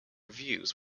views